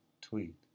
tweet